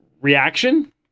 reaction